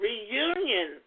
Reunion